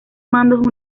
mandos